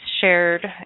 shared